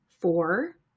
Four